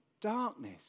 darkness